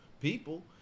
people